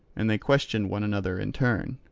and they questioned one another in turn.